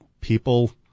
People